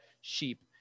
sheep